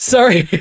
Sorry